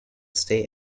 state